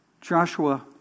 Joshua